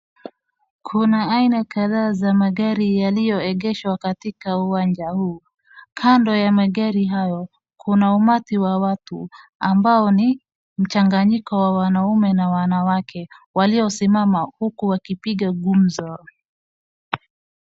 Kuna aina kadhaa za magari yanayoegeshwa katika uwanja huu. Kando ya magari hayo, kuna umati wa watu ambao ni mchanganyiko wa wanaume na wanawake waliosimama huku wakipiga gumzo.